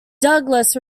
douglas